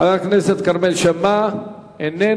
חבר הכנסת כרמל שאמה, אינו